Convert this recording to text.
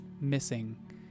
missing